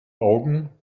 augen